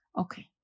okay